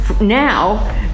now